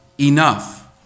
enough